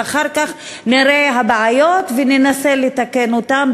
ואחר כך נראה את הבעיות וננסה לתקן אותן,